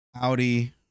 Audi